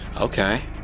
Okay